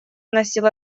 носил